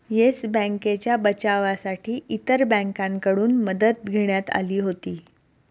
yes बँकेच्या बचावासाठी इतर बँकांकडून मदत घेण्यात आली होती